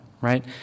right